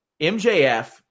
MJF